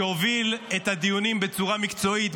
שהוביל את הדיונים בצורה מקצועית,